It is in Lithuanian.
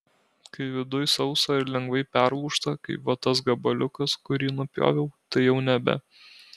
kai viduj sausa ir lengvai perlūžta kaip va tas gabaliukas kurį nupjoviau tai jau nebe